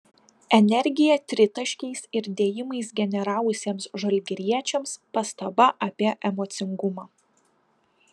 energiją tritaškiais ir dėjimais generavusiems žalgiriečiams pastaba apie emocingumą